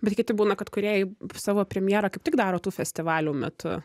bet kiti būna kad kūrėjai savo premjerą kaip tik daro tų festivalių metu